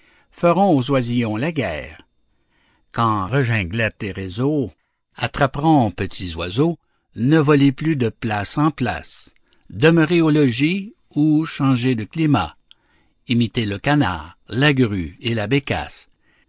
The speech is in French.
feront aux oisillons la guerre quand reginglettes et réseaux attraperont petits oiseaux ne volez plus de place en place demeurez au logis ou changez de climat imitez le canard la grue et la bécasse